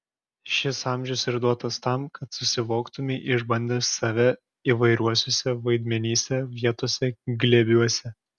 šis amžius ir duotas tam kad susivoktumei išbandęs save įvairiuose vaidmenyse vietose glėbiuose